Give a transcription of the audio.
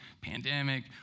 pandemic